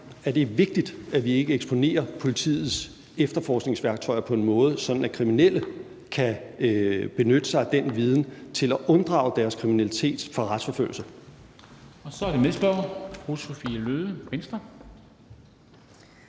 at det er vigtigt, at vi ikke eksponerer politiets efterforskningsværktøjer på en måde, så kriminelle kan benytte sig af den viden til at unddrage sig retsforfølgelse